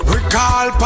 Recall